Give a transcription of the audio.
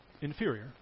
inferior